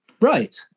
Right